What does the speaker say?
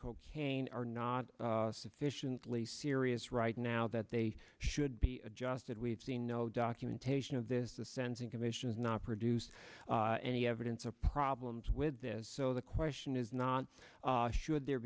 cocaine are not sufficiently serious right now that they should be adjusted we've seen no documentation of this the sensing commission's not produced any evidence of problems with this so the question is not should there